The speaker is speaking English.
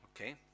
Okay